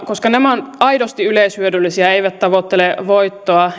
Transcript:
koska nämä ovat aidosti yleishyödyllisiä eivät tavoittele voittoa